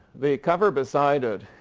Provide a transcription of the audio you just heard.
the cover beside it